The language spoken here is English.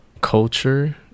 culture